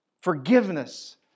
forgiveness